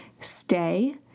stay